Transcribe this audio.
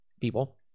people